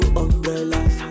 umbrellas